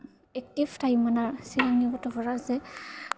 active थायोमोन ना सिगांनि गथ'फोरा जे